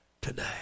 today